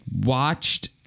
watched